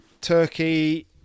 turkey